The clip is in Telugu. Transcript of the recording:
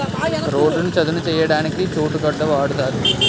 రోడ్డును చదును చేయడానికి చోటు గొడ్డ వాడుతారు